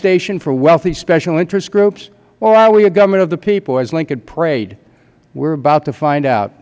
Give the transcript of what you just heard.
station for wealthy special interest groups or are we a government of the people as lincoln prayed we are about to find out